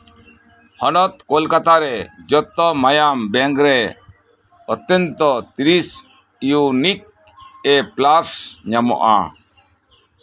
ᱦᱚᱱᱚᱛ ᱠᱚᱞᱠᱟᱛᱟᱨᱮ ᱡᱚᱛᱚ ᱢᱟᱭᱟᱢ ᱵᱮᱝᱠ ᱨᱮ ᱚᱛᱛᱚᱱᱱᱛᱚ ᱛᱤᱨᱤᱥ ᱤᱭᱩᱱᱤᱠ ᱮ ᱯᱮᱞᱟᱥ ᱧᱟᱢᱚᱜᱼᱟ